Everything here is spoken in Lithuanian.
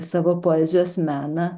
savo poezijos meną